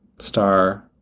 Star